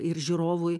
ir žiūrovui